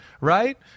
right